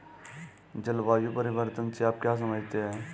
जलवायु परिवर्तन से आप क्या समझते हैं?